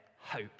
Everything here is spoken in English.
hope